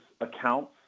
accounts